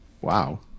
wow